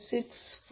647j1